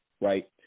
right